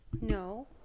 no